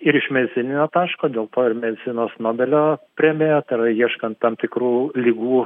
ir iš medicininio taško dėl to ir medicinos nobelio premija ta yra ieškant tam tikrų ligų